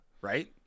Right